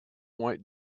white